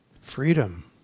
Freedom